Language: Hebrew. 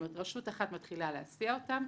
זאת אומרת, רשות אחת מתחילה להסיע אותם,